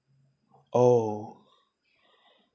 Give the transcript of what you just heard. oh